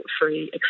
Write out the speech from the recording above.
free